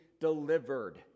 delivered